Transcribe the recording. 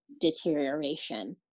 deterioration